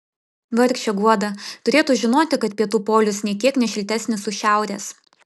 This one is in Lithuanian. vargšė guoda turėtų žinoti kad pietų polius nė kiek ne šiltesnis už šiaurės